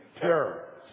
Terror